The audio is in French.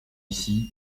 ici